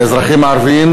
האזרחים הערבים,